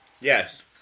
Yes